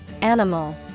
animal